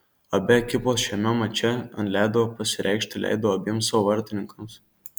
abi ekipos šiame mače ant ledo pasireikšti leido abiem savo vartininkams